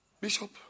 Bishop